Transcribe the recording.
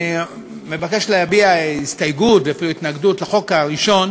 אני מבקש להביע הסתייגות ואפילו התנגדות לחוק הראשון,